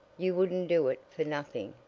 you wouldn't do it for nothing,